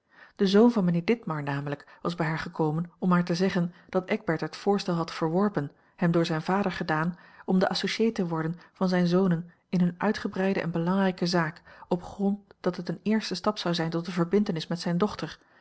de zoon van mijnheer ditmar namelijk was bij haar gekomen om haar te zeggen dat eckbert het voorstel had verworpen hem door zijn vader gedaan om de associé te worden van zijne zonen in hunne uitgebreide en belangrijke zaak op grond dat het een eerste stap zou zijn tot eene verbintenis met zijne dochter